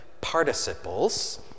participles